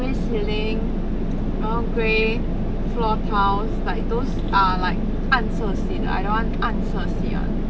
grey ceiling 然后 grey floor tiles like those uh like 暗色系的 I don't want 暗色系 [one]